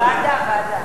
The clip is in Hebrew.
ועדה.